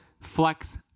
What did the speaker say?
flex